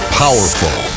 powerful